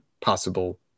possible